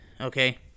okay